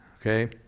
okay